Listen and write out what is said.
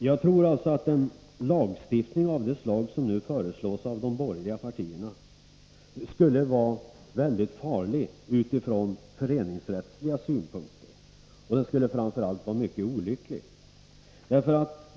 Jag tror alltså att en lagstiftning av det slag som nu föreslås av de borgerliga partierna skulle vara väldigt farlig utifrån föreningsrättsliga synpunkter, och den skulle framför allt vara mycket olycklig.